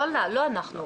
לא אנחנו.